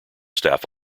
staff